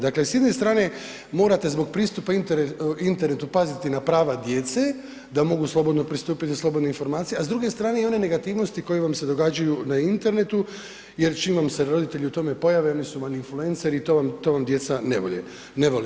Dakle, s jedne strane morate zbog pristupa internetu paziti na prava djece, da mogu slobodno pristupiti, slobodne informacije, a s druge strane i one negativnosti koje vam se događaju na internetu jer čim vam se roditelji u tome pojave oni su vam influencer i to vam djeca ne vole.